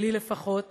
שלי לפחות,